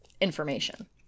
information